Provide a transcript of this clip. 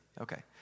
Okay